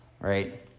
right